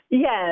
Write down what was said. Yes